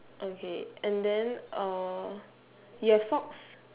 okay and then uh you have socks